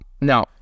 no